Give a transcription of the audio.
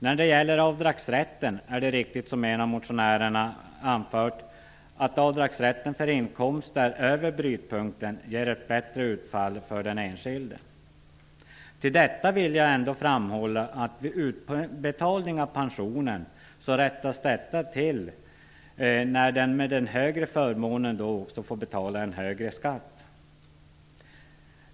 När det gäller avdragsrätten är det riktigt som en av motionärerna anfört att avdragsrätten för inkomster över brytpunkten ger ett bättre utfall för den enskilde. Till detta vill jag ändå framhålla att vid utbetalning av pensionen rättas detta till när den med en större förmån får betala en högre skatt.